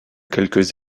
quelques